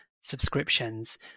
subscriptions